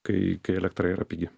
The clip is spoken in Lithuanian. kai kai elektra yra pigi